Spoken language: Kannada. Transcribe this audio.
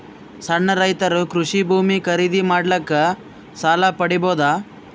ಸಣ್ಣ ರೈತರು ಕೃಷಿ ಭೂಮಿ ಖರೀದಿ ಮಾಡ್ಲಿಕ್ಕ ಸಾಲ ಪಡಿಬೋದ?